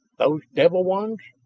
those devil ones!